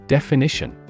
Definition